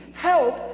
help